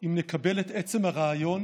אם נקבל את עצם הרעיון